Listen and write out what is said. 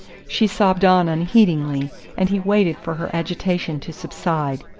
she sobbed on unheedingly and he waited for her agitation to subside.